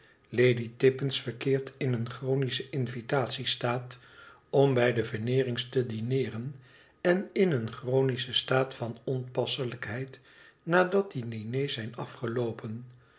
lady tippins verkeert in een chronischen invitatiestaat om bij de veneerings te dineeren en in een chronischen staat van onpasselijkheid nadat die diners zijn afgeloopen